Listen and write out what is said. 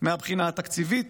מהבחינה התקציבית,